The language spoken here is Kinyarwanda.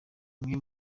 imwe